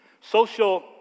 Social